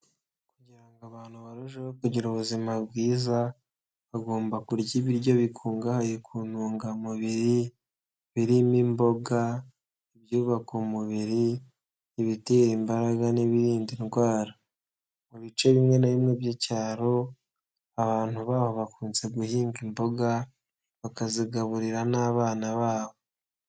Kugira ngo abantu barusheho kugira ubuzima bwiza, bagomba kurya ibiryo bikungahaye ku ntungamubiri birimo imboga, ibyubaka umubiri, ibitera imbaraga n'ibirinda indwara. Mu bice bimwe na bimwe by'icyaro, abantu baho bakunze guhinga imboga bakazigaburira n'abana babo.